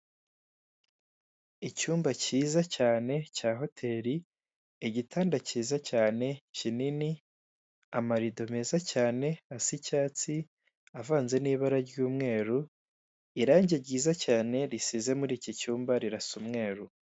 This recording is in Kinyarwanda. Icyuma kiza cyane cya hoteli, igitanda kiza cyane kinini, amarido meza cyane asa icyatsi avanze n'ibara ry'umweru irange ryiza cyane risize muri iki cyumba rirasa umweru.